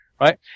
Right